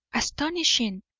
astonishing!